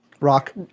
Rock